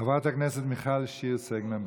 חברת הכנסת מיכל שיר סגמן.